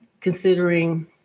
considering